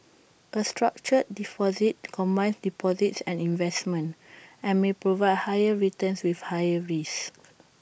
A structured deposit combines deposits and investments and may provide higher returns with higher risks